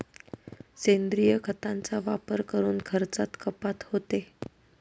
सेंद्रिय खतांचा वापर करून खर्चात कपात होते